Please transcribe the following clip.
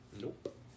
Nope